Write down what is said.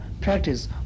practice